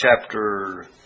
chapter